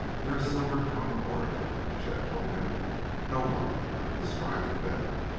you're a silver-tongued orator, chet told him no one could have described it better.